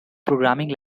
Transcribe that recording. programming